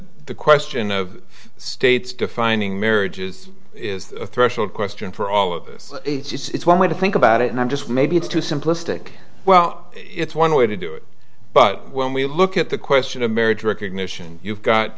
the question of states defining marriages is a threshold question for all of this it's one way to think about it and i'm just maybe it's too simplistic well it's one way to do it but when we look at the question of marriage recognition you've got